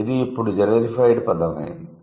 ఇది ఇప్పుడు జెనెరిఫైడ్ పదం అయింది